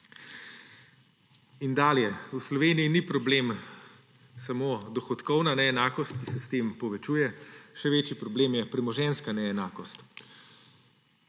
Dalje, v Sloveniji ni problem samo dohodkovna neenakost, ki se s tem povečuje, še večji problem je premoženjska neenakost.